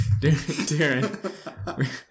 Darren